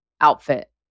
outfit